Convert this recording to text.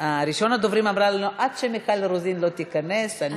ראשון הדוברים אמר לנו: עד שמיכל רוזין תיכנס אני אדבר.